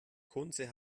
kunze